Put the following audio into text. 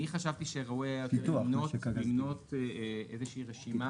אני חשבתי שראוי היה למנות איזושהי רשימה